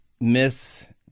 miss